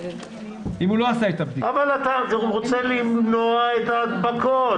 אבל אתה רוצה למנוע את ההדבקות.